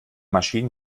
maschinen